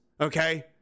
okay